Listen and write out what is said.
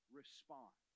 respond